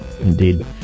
Indeed